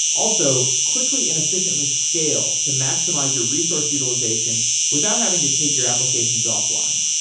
also, quickly and efficiently scale to maximize your resource utilization without having to take your applications off-line.